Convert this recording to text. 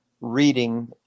reading